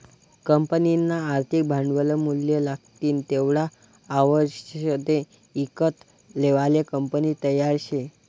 कंपनीना आर्थिक भांडवलमुये लागतीन तेवढा आवषदे ईकत लेवाले कंपनी तयार शे